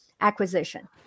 acquisition